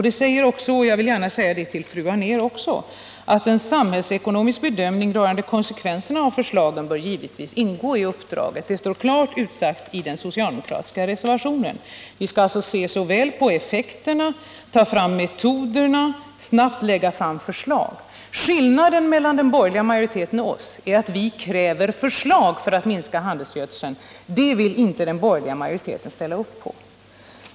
Det står — och det vill jag gärna också säga till Kerstin Anér —-att en samhällsekonomisk bedömning rörande konsekvenserna av förslagen givetvis bör ingå i uppdraget. Man bör alltså studera effekterna, ta fram metoderna och snabbt presentera förslag. Skillnaden mellan den borgerliga majoriteten och oss är att vi kräver förslag för att minska handelsgödslingen. Det vill inte den borgerliga majoriteten ställa upp på.